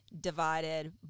divided